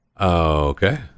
Okay